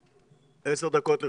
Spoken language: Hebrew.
עשר דקות לרשותך.